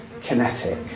kinetic